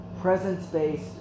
Presence-based